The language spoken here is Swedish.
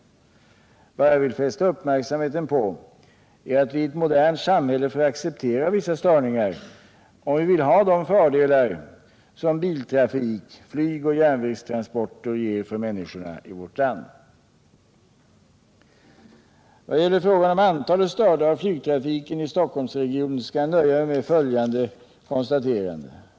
Vad jag vill fästa uppmärksamheten på är att vi i ett modernt samhälle får acceptera vissa störningar, om vi vill ha de fördelar som t.ex. biltrafik, flygoch järnvägstransporter ger för människorna i vårt land. Vad gäller frågan om antalet störda av flygtrafiken i Stockholmsregionen skall jag nöja mig med följande konstaterande.